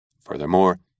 Furthermore